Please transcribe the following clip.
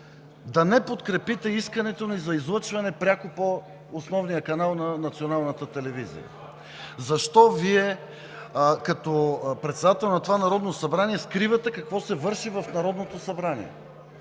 да не подкрепите искането ни за пряко излъчване по основния канал на Националната телевизия? Защо Вие като председател на това Народно събрание скривате какво се върши в Народното събрание?